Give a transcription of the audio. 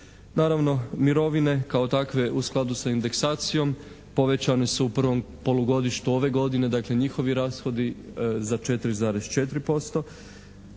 Naravno mirovine kao takve u skladu sa indeksacijom povećane su u prvom polugodištu ove godine, dakle njihovi rashodi za 4,4%,